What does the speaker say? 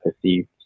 perceived